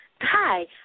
Hi